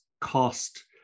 cost